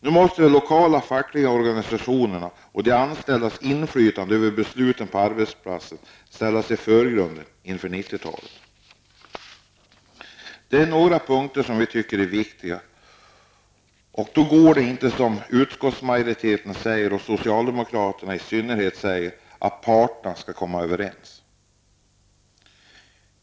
Nu måste de lokala fackliga organisationernas och de anställdas inflytande över besluten på arbetsplatserna ställas i förgrunden inför 90-talet. Detta är några punkter som vi tycker är viktiga. Det går inte att, som utskottsmajoriteten och i synnerhet socialdemokraterna gör, säga att parterna skall komma överens.